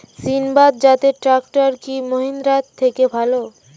সিণবাদ জাতের ট্রাকটার কি মহিন্দ্রার থেকে ভালো?